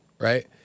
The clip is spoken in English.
right